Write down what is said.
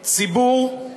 ציבור,